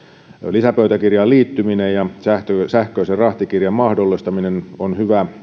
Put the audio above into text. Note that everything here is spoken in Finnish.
lisäpöytäkirjaan liittyminen ja sähköisen rahtikirjan mahdollistaminen on